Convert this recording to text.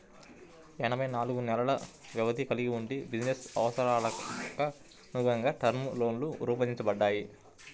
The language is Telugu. ఎనభై నాలుగు నెలల వ్యవధిని కలిగి వుండి బిజినెస్ అవసరాలకనుగుణంగా టర్మ్ లోన్లు రూపొందించబడ్డాయి